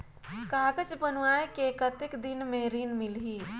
कागज बनवाय के कतेक दिन मे ऋण मिलही?